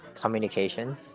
communication